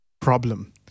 problem